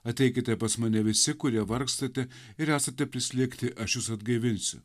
ateikite pas mane visi kurie vargstate ir esate prislėgti aš jus atgaivinsiu